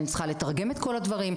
אני צריכה לתרגם את כל הדברים,